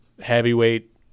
heavyweight